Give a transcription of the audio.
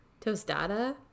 Tostada